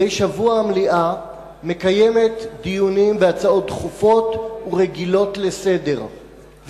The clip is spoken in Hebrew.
מדי שבוע המליאה מקיימת דיונים בהצעות דחופות ורגילות לסדר-היום,